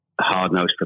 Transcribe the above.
hard-nosed